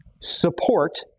support